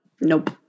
nope